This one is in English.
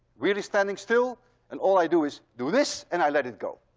wheel is standing still and all i do is do this and i let it go.